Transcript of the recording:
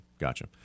Gotcha